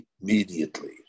immediately